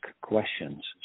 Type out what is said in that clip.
questions